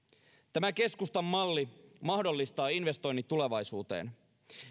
tämä keskustan malli mahdollistaa investoinnit tulevaisuuteen